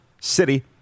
City